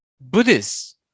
Buddhists